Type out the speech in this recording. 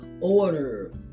order